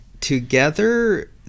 Together